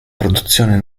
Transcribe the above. produzione